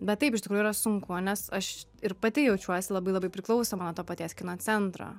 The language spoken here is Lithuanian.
bet taip iš tikrųjų yra sunku nes aš ir pati jaučiuosi labai labai priklausoma nuo to paties kino centro